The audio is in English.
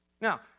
Now